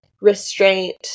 restraint